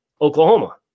Oklahoma